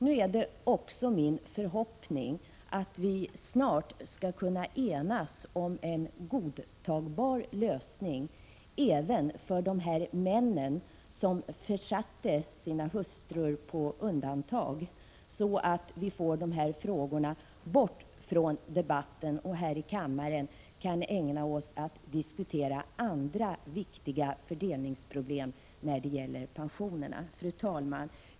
Nu är det också min förhoppning att vi i riksdagen snart skall kunna enas om en godtagbar lösning även för dessa män, som satte sina hustrur på undantag, så att de här frågorna kommer bort från debatten och vi här i kammaren kan ägna oss åt att diskutera andra viktiga fördelningsproblem när det gäller pensionerna. Fru talman!